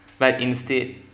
but instead